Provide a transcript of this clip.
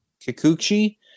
Kikuchi